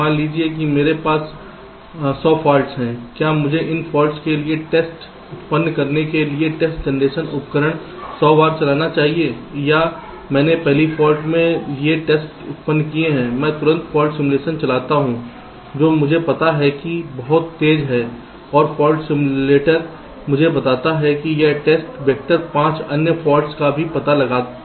मान लीजिए कि मेरे पास 100 फाल्ट हैं क्या मुझे इन फॉल्ट्स के लिए टेस्ट उत्पन्न करने के लिए टेस्ट जनरेशन उपकरण 100 बार चलाना चाहिए या मैंने पहली फाल्ट के लिए टेस्ट उत्पन्न किया मैं तुरंत फाल्ट सिमुलेशन चलाता हूं जो मुझे पता है कि बहुत तेज है और फाल्ट सिम्युलेटर मुझे बताता है कि यह टेस्ट वेक्टर 5 अन्य फॉल्ट्स का भी पता लगाता है